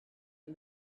and